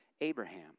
Abraham